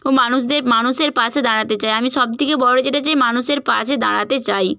মানুষদের মানুষের পাশে দাঁড়াতে চাই আমি সব থিকে বড় যেটা চাই মানুষের পাশে দাঁড়াতে চাই